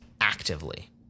actively